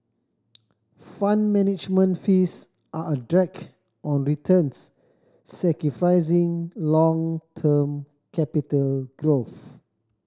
Fund Management fees are a drag on returns sacrificing long term capital growth